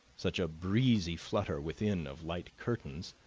such a breezy flutter within of light curtains,